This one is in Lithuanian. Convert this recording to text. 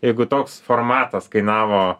jeigu toks formatas kainavo